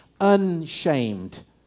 unshamed